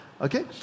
Okay